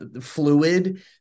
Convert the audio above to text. fluid